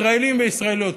ישראלים וישראליות,